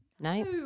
No